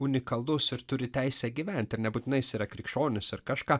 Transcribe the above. unikalus ir turi teisę gyventi ir nebūtinai jis yra krikščionis ar kažką